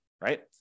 right